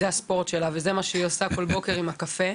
שזה הספורט שלה וזה מה שהיא עושה כל בוקר עם הקפה.